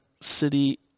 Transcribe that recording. city